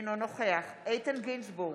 אינו נוכח איתן גינזבורג,